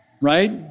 Right